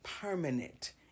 permanent